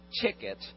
ticket